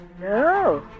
No